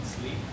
sleep